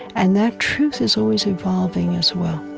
and that truth is always evolving as well